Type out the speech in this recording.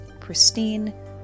pristine